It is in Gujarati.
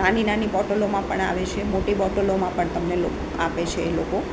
નાની નાની બોટલોમાં પણ આવે છે મોટી બોટલોમાં પણ તમને લોકો આપે છે એ લોકો